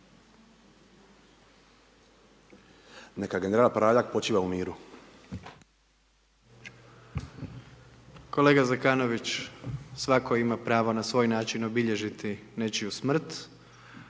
**Jandroković, Gordan (HDZ)** Kolega Zekanović, svako ima pravo na svoj način obilježiti nečiju smrt,